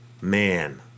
Man